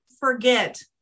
forget